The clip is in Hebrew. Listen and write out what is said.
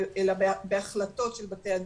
אלא בהחלטות של בתי הדין,